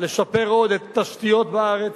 לשפר עוד את התשתיות בארץ,